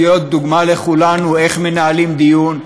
להיות דוגמה לכולנו איך מנהלים דיון,